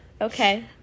okay